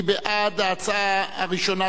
מי בעד ההצעה הראשונה,